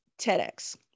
TEDx